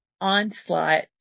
onslaught